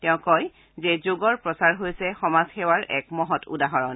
তেওঁ কয় যে যোগৰ প্ৰচাৰ হৈছে সমাজসেৱাৰ এক মহৎ উদাহৰণ